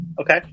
okay